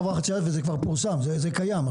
כבר פורסם; זה קיים.